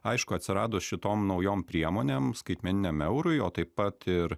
aišku atsiradus šitom naujom priemonėm skaitmeniniam eurui o taip pat ir